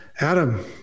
Adam